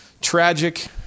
Tragic